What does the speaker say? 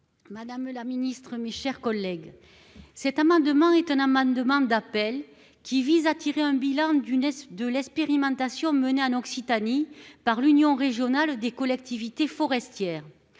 Madame la Ministre, mes chers collègues. Cet amendement étonnamment demande d'appel qui vise à tirer un bilan du naissent de l'expérimentation menée en Occitanie par l'Union régionale des collectivités forestières